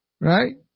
Right